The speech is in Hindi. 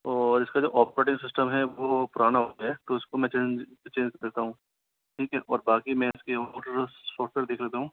और इसका जो ऑपरेटिंग सिस्टम है वो पुराना हो गया है तो उसको मैं चेंज करता हूँ ठीक है और बाकी मैं इसके देख लेता हूँ